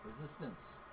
Resistance